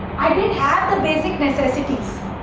i didn't have the basic necessities'